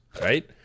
right